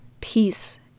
peace